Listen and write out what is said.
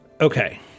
Okay